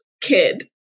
kid